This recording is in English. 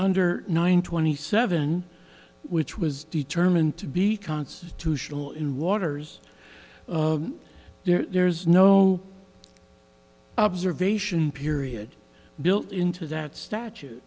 under nine twenty seven which was determined to be constitutional in waters there's no observation period built into that statu